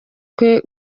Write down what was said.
kwe